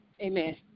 Amen